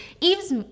Eve's